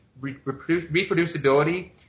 reproducibility